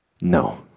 no